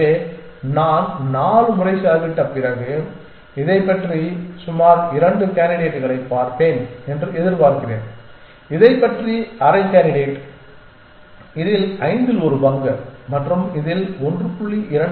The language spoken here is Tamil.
எனவே நான் 4 முறை செலவிட்ட பிறகு இதைப் பற்றி சுமார் 2 கேண்டிடேட்களைப் பார்ப்பேன் என்று எதிர்பார்க்கிறேன் இதைப் பற்றி அரை கேண்டிடேட் இதில் ஐந்தில் ஒரு பங்கு மற்றும் இதில் 1